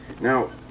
now